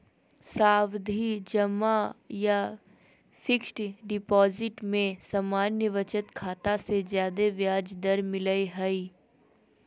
सावधि जमा या फिक्स्ड डिपाजिट में सामान्य बचत खाता से ज्यादे ब्याज दर मिलय हय